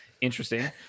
Interesting